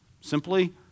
Simply